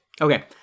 Okay